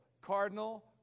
cardinal